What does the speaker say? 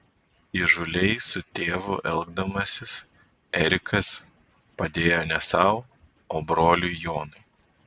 įžūliai su tėvu elgdamasis erikas padėjo ne sau o broliui jonui